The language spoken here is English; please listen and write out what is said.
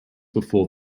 before